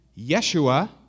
Yeshua